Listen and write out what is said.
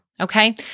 Okay